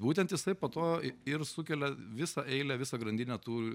būtent jisai po to ir sukelia visą eilę visą grandinę tų